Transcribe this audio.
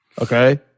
Okay